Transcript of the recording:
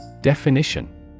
Definition